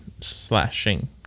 slashing